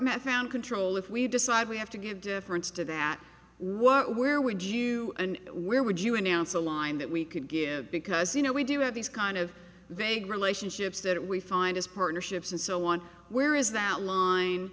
around control if we decide we have to give deference to that what where would you and where would you announce a line that we could give because you know we do have these kind of vague relationships that we find as partnerships and so on where is that